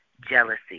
jealousy